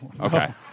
Okay